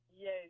Yes